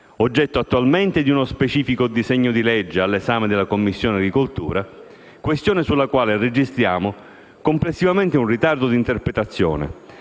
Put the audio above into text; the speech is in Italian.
oggetto attualmente di uno specifico disegno di legge all'esame della Commissione agricoltura, questione sulla quale registriamo complessivamente un ritardo di interpretazione